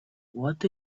what